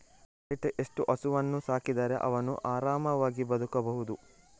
ರೈತ ಎಷ್ಟು ಹಸುವನ್ನು ಸಾಕಿದರೆ ಅವನು ಆರಾಮವಾಗಿ ಬದುಕಬಹುದು?